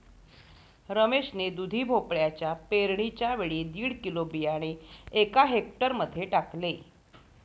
रमेश ने दुधी भोपळ्याच्या पेरणीच्या वेळी दीड किलो बियाणे एका हेक्टर मध्ये टाकले